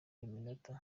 minota